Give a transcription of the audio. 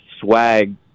swag